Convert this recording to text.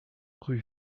rue